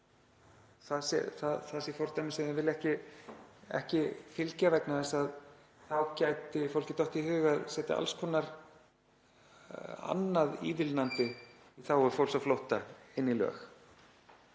það sé fordæmi sem þau vilja ekki fylgja vegna þess að þá gæti fólki dottið í hug að setja alls konar annað ívilnandi í þágu fólks á flótta inn í lög?